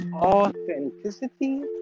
Authenticity